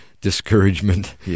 discouragement